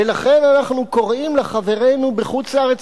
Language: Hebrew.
ולכן אנחנו קוראים לחברינו בחוץ-לארץ